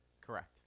Correct